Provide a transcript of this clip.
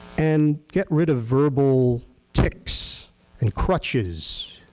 and get rid of verbal tics and crutches,